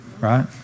right